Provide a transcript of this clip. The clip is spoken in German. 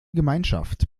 gemeinschaft